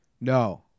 No